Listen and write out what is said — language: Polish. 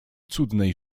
cudnej